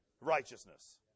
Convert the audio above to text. Righteousness